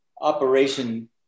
operation